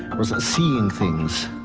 was ah seeing things